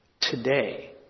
today